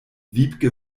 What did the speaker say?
wiebke